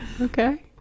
Okay